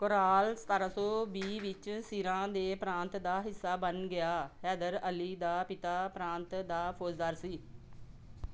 ਕੋਲਾਰ ਸਤਾਰਾਂ ਸੌ ਵੀਹ ਵਿੱਚ ਸੀਰਾ ਦੇ ਪ੍ਰਾਂਤ ਦਾ ਹਿੱਸਾ ਬਣ ਗਿਆ ਹੈਦਰ ਅਲੀ ਦਾ ਪਿਤਾ ਪ੍ਰਾਂਤ ਦਾ ਫੌਜਦਾਰ ਸੀ